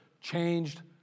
changed